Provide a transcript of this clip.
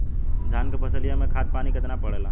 धान क फसलिया मे खाद पानी कितना पड़े ला?